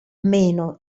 meno